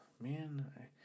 man